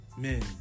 men